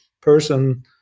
person